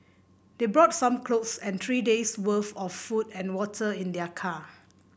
they brought some clothes and three day's worth of food and water in their car